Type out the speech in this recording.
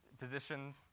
positions